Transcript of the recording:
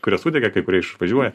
kurie sudega kai kurie išvažiuoja